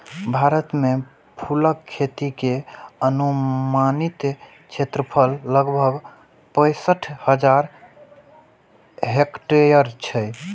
भारत मे फूलक खेती के अनुमानित क्षेत्रफल लगभग पैंसठ हजार हेक्टेयर छै